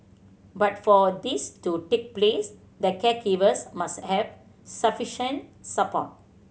but for this to take place the caregivers must have sufficient support